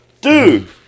Dude